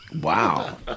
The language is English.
wow